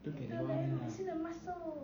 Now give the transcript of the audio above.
look at that one only [what]